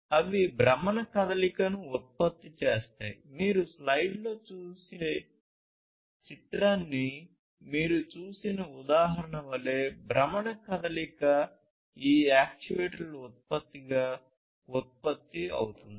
అవి భ్రమణ కదలికను ఉత్పత్తి చేస్తాయి మీరు స్లైడ్లో చూసే చిత్రాన్ని మీరు చూసిన ఉదాహరణ వలె భ్రమణ కదలిక ఈ యాక్యుయేటర్ల ఉత్పత్తిగా ఉత్పత్తి అవుతుంది